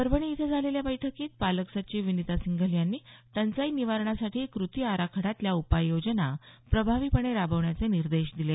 परभणी इथं झालेल्या बैठकीत पालक सचिव विनिता सिंघल यांनी टंचाई निवारणासाठी कृती आराखड्यातल्या उपाययोजना प्रभावीपणे राबवण्याचे निर्देश दिले